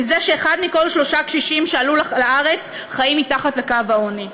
מזה שאחד מכל שלושה קשישים שעלו לארץ חיים מתחת לקו העוני?